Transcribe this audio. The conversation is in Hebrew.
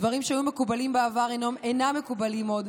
דברים שהיו מקובלים בעבר אינם מקובלים עוד,